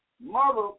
mother